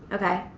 okay.